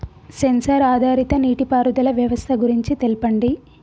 Censor ఆధారిత నీటిపారుదల వ్యవస్థ గురించి తెల్పండి?